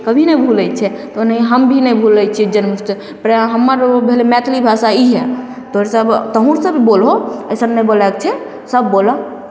कभी नहि भूलय छै ओनाही हम भी नहि भूलय छियै हमर भेलय मैथिली भाषा इएह तोँ सब तोहुँ सब बोलहो एसन नहि बोलयके छै सब बोलहो